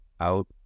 out